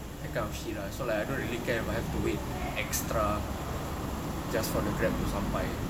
that kind of shit lah so like I don't really care will have to wait extra just for the Grab to sampai